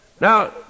Now